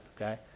Okay